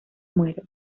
muero